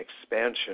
expansion